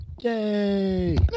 Yay